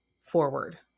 forward